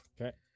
Okay